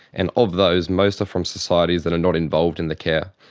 and of those most are from societies that are not involved in the care.